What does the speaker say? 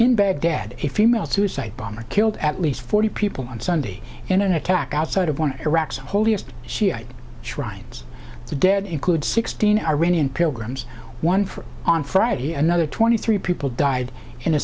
in baghdad if you mail suicide bomber killed at least forty people on sunday in an attack outside of want iraq's holiest shiite shrines it's a dead include sixteen iranian pilgrims one for on friday another twenty three people died in a